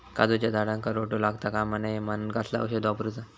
काजूच्या झाडांका रोटो लागता कमा नये म्हनान कसला औषध वापरूचा?